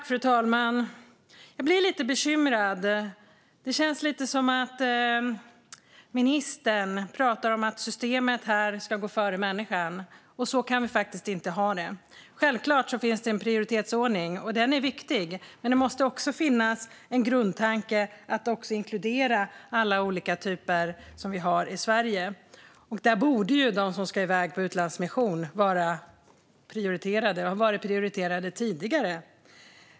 Fru talman! Jag blir lite bekymrad. Det känns lite som att ministern pratar om att systemet ska gå före människan, och så kan vi faktiskt inte ha det. Självklart finns det en prioritetsordning, och den är viktig. Men det måste också finnas en grundtanke att inkludera alla olika typer som vi har i Sverige. Där borde de som ska iväg på utlandsmission vara prioriterade och ha varit prioriterade tidigare.